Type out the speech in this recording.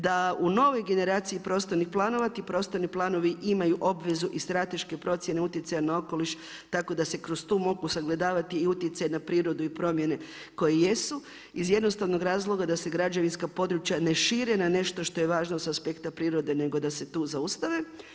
Da u novoj generaciji prostornih planova, ti prostorni planovi imaju obvezu i strateške procjene utjecaj na okoliš, tako da se kroz to mogu sagledavati i utjecaj na prirodu i promjene koje jesu iz jednostavnog razloga da se građevinska područja ne šire na nešto što je važno sa aspekta prirode, nego da se tu zaustave.